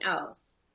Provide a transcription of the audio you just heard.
else